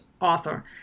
author